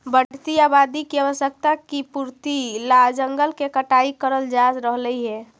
बढ़ती आबादी की आवश्यकता की पूर्ति ला जंगल के कटाई करल जा रहलइ हे